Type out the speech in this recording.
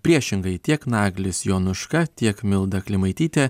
priešingai tiek naglis jonuška tiek milda klimaitytė